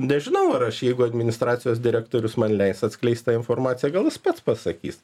nežinau ar aš jeigu administracijos direktorius man leis atskleist tą informaciją gal jis pats pasakys